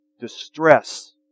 distress